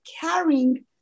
carrying